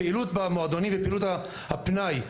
הפעילות במועדונים ופעילות הפנאי,